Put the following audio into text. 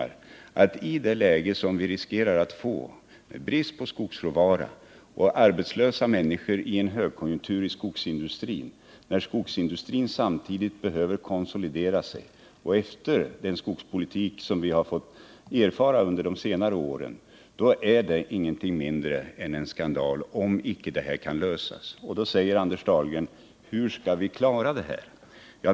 I det läge vi riskerar att hamna i — brist på skogsråvara och arbetslösa människor i en högkonjunktur inom skogsindustrin när industrin behöver konsolidera sig — och efter den skogspolitik som under de senaste åren har bedrivits är det enligt min mening ingenting mindre än en skandal, om detta problem icke kan lösas. Anders Dahlgren frågar: Hur skall vi klara detta?